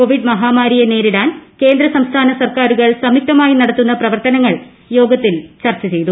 Covid മഹാമാരിയെ നേരിടാൻ കേന്ദ്ര സംസ്ഥാന സർക്കാരുകൾ സംയുക്തമായി നടത്തുന്ന പ്രവർത്തനങ്ങൾ യോഗത്തിൽ ചർച്ച ചെയ്തു